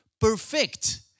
perfect